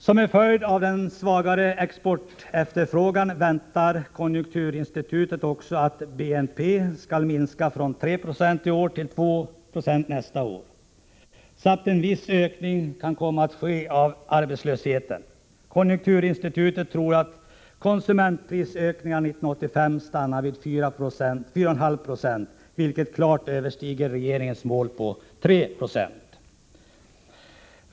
Som en följd av den svagare exportefterfrågan väntar konjunkturinstitutet också att BNP skall minska från 3 Ze i år till 2 20 nästa år, samt att en viss ökning kan komma att ske av arbetslösheten. Konjunkturinstitutet tror att konsumentprisökningen 1985 stannar vid 4,5 96, vilket klart överstiger regeringens mål på 3 96.